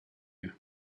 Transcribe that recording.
you